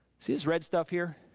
see this red stuff here?